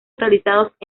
realizados